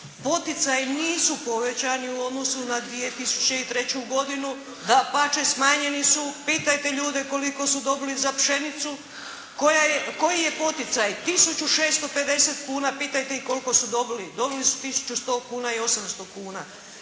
poticaji nisu povećani u odnosu na 2003. godinu. Dapače, smanjeni su. Pitajte ljude koliko su dobili pšenicu. Koji je poticaj? Tisuću 650 kuna. Pitajte ih koliko su dobili. Dobili su tisuću 100 kuna i 800 kuna